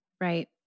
Right